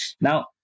Now